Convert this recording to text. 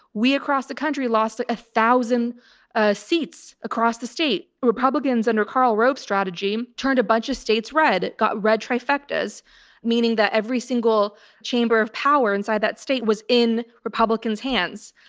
we across the country lost a ah thousand ah seats across the state. republicans under karl rove's strategy turned a bunch of states red, got red trifectas meaning that every single chamber of power inside that state was in republican hands.